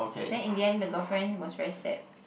then in the end the girlfriend was very sad